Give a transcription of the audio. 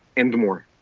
and more.